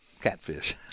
catfish